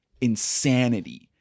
insanity